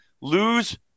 lose